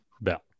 bell